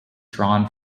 drawn